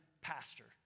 pastor